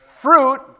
Fruit